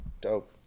Dope